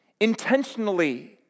intentionally